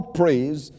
praise